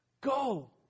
go